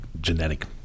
genetic